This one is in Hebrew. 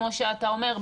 כמו שאתה אומר,